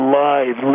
live